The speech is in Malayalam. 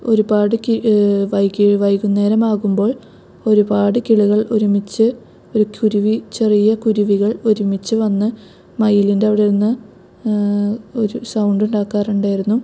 ഒരുപാട് കി വൈകി വൈകുന്നേരം ആകുമ്പോൾ ഒരുപാട് കിളികൾ ഒരുമിച്ച് ഒരു കുരുവി ചെറിയ കുരുവികൾ ഒരുമിച്ച് വന്ന് മയിലിൻ്റെ അവിടെ ഇരുന്ന് ഒരു സൗണ്ട് ഉണ്ടാക്കാറുണ്ടായിരുന്നു